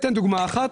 אתן דוגמה אחת.